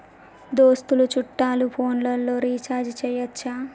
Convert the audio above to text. దోస్తులు చుట్టాలు ఫోన్లలో రీఛార్జి చేయచ్చా?